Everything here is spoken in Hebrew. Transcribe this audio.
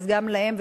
אז גם להם.